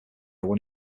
when